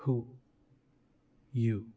who you